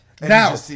Now